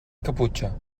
caputxa